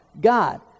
God